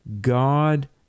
God